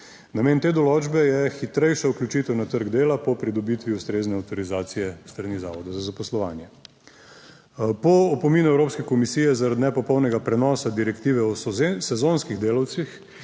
Namen te določbe je hitrejša vključitev na trg dela po pridobitvi ustrezne avtorizacije s strani Zavoda za zaposlovanje. Po opominu Evropske komisije, zaradi nepopolnega prenosa direktive o sezonskih delavcih